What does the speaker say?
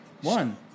One